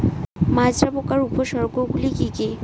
মাজরা পোকার উপসর্গগুলি কি কি?